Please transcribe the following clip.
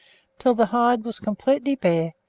until the hyde was completely bare,